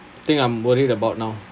thing I'm worried about now